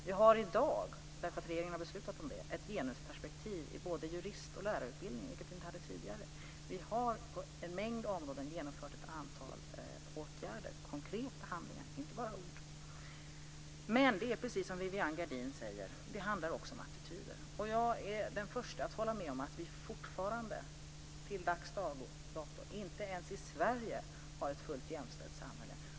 Vi har i dag, eftersom regeringen har beslutat om det, ett genusperspektiv i både jurist och lärarutbildningarna, vilket vi inte hade tidigare. Vi har på en mängd områden genomfört ett antal åtgärder - konkreta handlingar, inte bara ord. Det är precis som Vivianne Gerdin säger också så att det handlar om attityder. Jag är den första att hålla med om att vi fortfarande, till dags dato, inte ens i Sverige har ett fullt jämställt samhälle.